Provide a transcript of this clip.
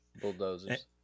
Bulldozers